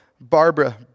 Barbara